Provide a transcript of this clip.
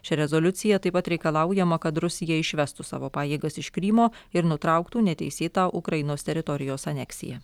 šia rezoliucija taip pat reikalaujama kad rusija išvestų savo pajėgas iš krymo ir nutrauktų neteisėtą ukrainos teritorijos aneksiją